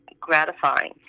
gratifying